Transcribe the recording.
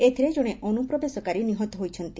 ଏଥିରେ ଜଣେ ଅନୁପ୍ରବେଶକାରୀ ନିହତ ହୋଇଛି